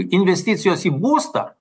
investicijos į būstą